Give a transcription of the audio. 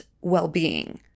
well-being